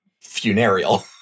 funereal